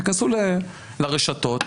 תיכנסו לרשתות,